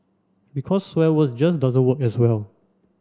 because swear words just doesn't work as well